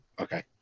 Okay